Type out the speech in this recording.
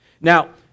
Now